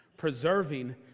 preserving